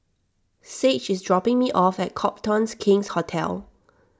Sage is dropping me off at Copthorne King's Hotel